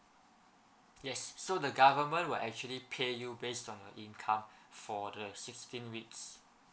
yes so the government will actually pay you based on your income for the sixteen weeks